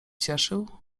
cieszył